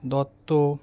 Dutta